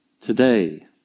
today